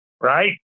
right